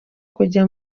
kujya